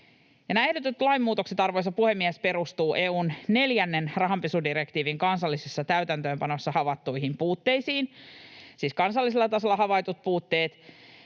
ehdotetut lainmuutokset, arvoisa puhemies, perustuvat EU:n neljännen rahanpesudirektiivin kansallisessa täytäntöönpanossa havaittuihin puutteisiin — siis kansallisella tasolla havaittuihin